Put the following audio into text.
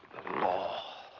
law!